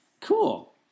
Cool